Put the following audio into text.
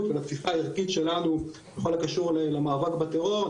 ולתפיסה הערכית שלנו בכל הקשור למאבק בטרור,